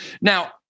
now